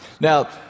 Now